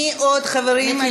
מי עוד, חברים?